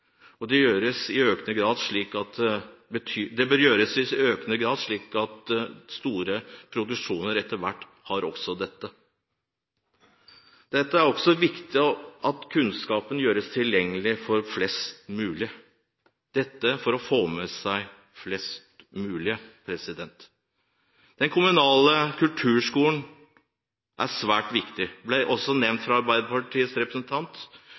Det bør etter hvert gjøres i økende grad i store produksjoner. Det er også viktig at kunnskap gjøres tilgjengelig for flest mulig – for å få med seg flest mulig. De kommunale kulturskolene er svært viktige å styrke. Det ble også nevnt av Arbeiderpartiets representant